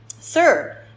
Sir